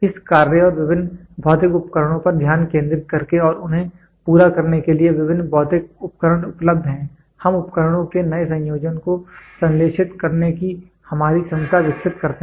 इस कार्य और विभिन्न भौतिक उपकरणों पर ध्यान केंद्रित करके और उन्हें पूरा करने के लिए विभिन्न भौतिक उपकरण उपलब्ध हैं हम उपकरणों के नए संयोजन को संश्लेषित करने की हमारी क्षमता विकसित करते हैं